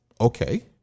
Okay